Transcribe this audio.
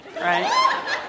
right